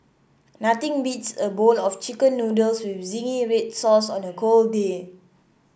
nothing beats a bowl of chicken noodles with zingy red sauce on a cold day